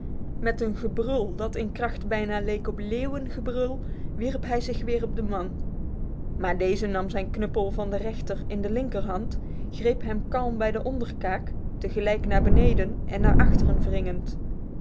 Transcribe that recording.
met een gebrul dat in zijn kracht bijna geleek op leeuwengebrul wierp hij zich weer op den man maar deze nam zijn knuppel van de rechter in de linkerhand greep hem kalm bij de onderkaak tegelijk naar boven en naar achteren wringend